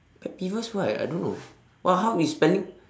pet peeves what I don't know what how is spelling